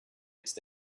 next